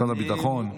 משרד הביטחון.